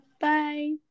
bye